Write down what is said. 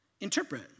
interpret